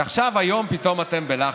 ועכשיו, היום, פתאום אתם בלחץ.